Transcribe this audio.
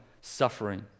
suffering